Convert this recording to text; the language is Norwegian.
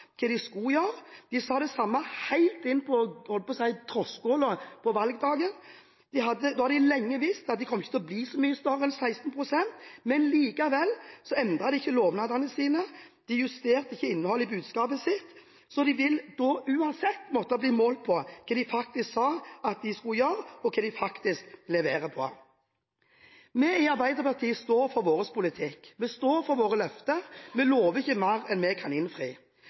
hva de skulle gjøre. De sa det samme helt inn på terskelen til valgdagen. Da hadde de lenge visst at de kom ikke til å bli så mye større enn 16 pst., men likevel endret de ikke lovnadene sine, de justerte ikke innholdet i budskapet sitt, så de vil uansett måtte bli målt på hva de faktisk sa at de skulle gjøre og hva de faktisk leverer. Vi i Arbeiderpartiet står for vår politikk, og vi står for våre løfter. Vi lover ikke mer enn vi kan innfri.